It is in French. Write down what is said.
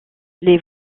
les